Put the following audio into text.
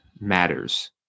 matters